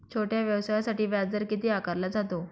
छोट्या व्यवसायासाठी व्याजदर किती आकारला जातो?